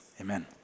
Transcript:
amen